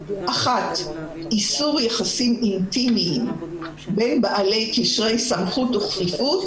1. איסור על יחסים אינטימיים בין בעלי קשרי סמכות וכפיפות,